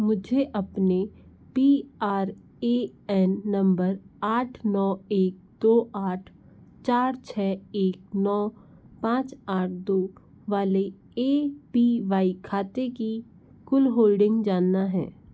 मुझे अपने P R A N number आठ नौ एक दो आठ चार छः एक नौ पाँच आठ दो वाले ए पी वाई खाते की कुल होल्डिंग जानना है